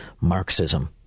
Marxism